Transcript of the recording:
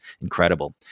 incredible